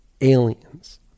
aliens